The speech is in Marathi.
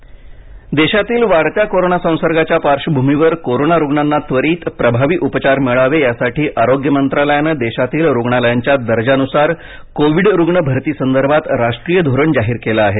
कोविड रुग्ण धोरण देशातील वाढत्या कोरोना संसर्गाच्या पार्श्वभूमीवर कोरोनारुग्णांना त्वरित प्रभावी उपचार मिळावे यासाठी आरोग्य मंत्रालयाने देशातील रुग्णालयांच्या दर्जानुसार कोविड रुग्ण भरतीसंदर्भात राष्ट्रीय धोरण जाहीर केलं आहे